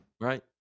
Right